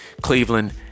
Cleveland